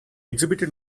exhibited